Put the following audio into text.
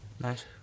Nice